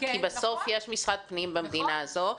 כי בסוף יש משרד פנים במדינה הזאת.